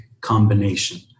combination